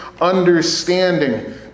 understanding